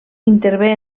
intervé